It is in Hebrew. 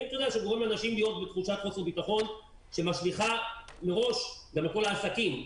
שגורמים לאנשים להיות בתחושת חוסר ביטחון שמשליכה מראש על העסקים.